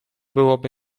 byłoby